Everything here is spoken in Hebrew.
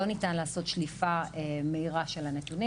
לא ניתן לעשות שליפה מהירה של הנתונים.